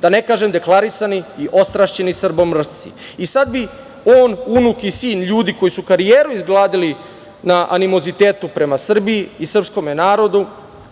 Da ne kažem, deklarisani i ostrašćeni srbomrsci. Sada bi on, unuk i sin ljudi koji su karijeru igzradili na animozitetu prema Srbiji i srpskom narodu,